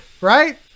right